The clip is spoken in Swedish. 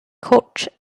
kort